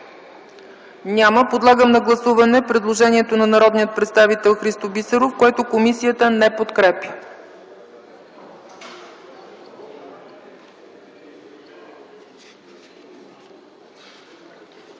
Няма. Подлагам на гласуване предложението на народния представител Христо Бисеров, което комисията не подкрепя.